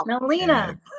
Melina